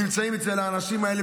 נמצאים אצל האנשים האלה,